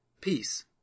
Peace